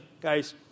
guys